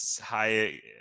high